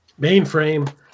Mainframe